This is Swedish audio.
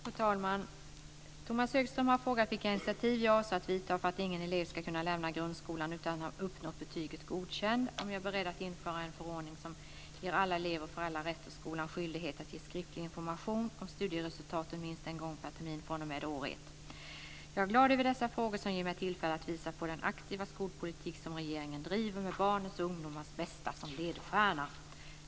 Fru talman! Tomas Högström har frågat: · vilka initiativ jag avser att vidta för att ingen elev ska kunna lämna grundskolan utan att ha uppnått betyget Godkänd, · om jag är beredd att införa en förordning som ger alla elever och föräldrar rätt att få och skolan skyldighet att ge skriftlig information om studieresultaten minst en gång per termin fr.o.m. år 1. Jag är glad över dessa frågor, som ger mig tillfälle att visa på den aktiva skolpolitik som regeringen driver med barnens och ungdomarnas bästa som ledstjärna.